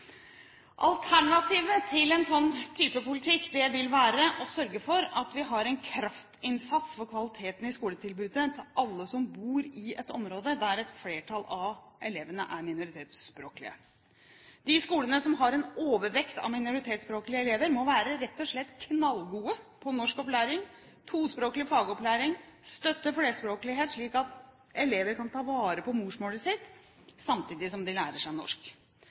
Alternativet til en sånn type politikk vil være å sørge for at vi har en kraftinnsats for kvaliteten i skoletilbudet til alle som bor i et område der et flertall av elevene er minoritetsspråklige. De skolene som har en overvekt av minoritetsspråklige elever, må være rett og slett knallgode på norskopplæring, tospråklig fagopplæring – støtte flerspråklighet, sånn at elever kan ta vare på morsmålet sitt samtidig som de lærer seg norsk.